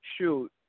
shoot